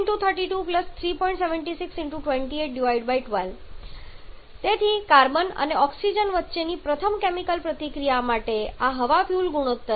762812 તેથી કાર્બન અને ઓક્સિજન વચ્ચેની પ્રથમ કેમિકલ પ્રતિક્રિયા માટે આ હવા ફ્યુઅલ ગુણોત્તર છે